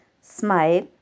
smile